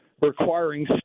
requiring